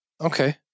Okay